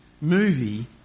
movie